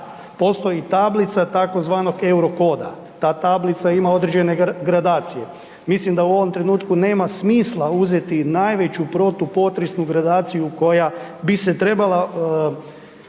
postoji tablica tzv. euro koda, ta tablica ima određene gradacije, mislim da u ovom trenutku nema smisla uzeti najveću protupotresnu gradaciju koja bi se trebala